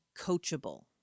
coachable